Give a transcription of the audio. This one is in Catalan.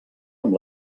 amb